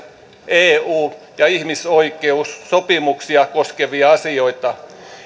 eu ja ihmisoikeussopimuksia koskevia asioita